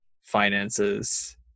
finances